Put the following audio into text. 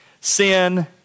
sin